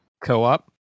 Co-op